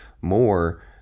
more